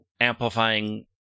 amplifying